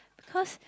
cause